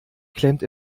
klemmt